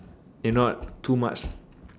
if not too much